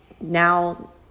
now